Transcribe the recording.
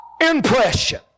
impression